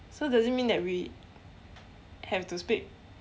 so does it mean that we have to speak